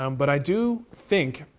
um but i do think